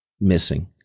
missing